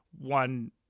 one